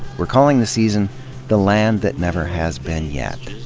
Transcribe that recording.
we're calling the season the land that never has been yet.